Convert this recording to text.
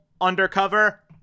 undercover